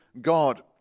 God